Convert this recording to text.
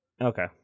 Okay